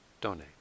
donate